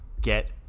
get